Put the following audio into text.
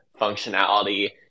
functionality